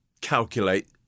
calculate